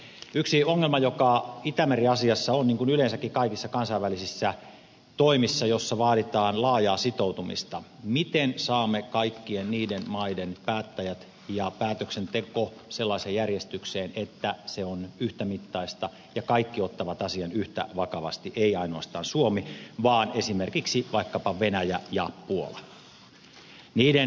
yksi ongelma joka itämeri asiassa on niin kuin yleensäkin kaikissa kansainvälisissä toimissa joissa vaaditaan laajaa sitoutumista on se miten saamme kaikkien niiden maiden päättäjät ja päätöksenteon sellaiseen järjestykseen että se on yhtämittaista ja kaikki ottavat asian yhtä vakavasti ei ainoastaan suomi vaan esimerkiksi vaikkapa venäjä ja puola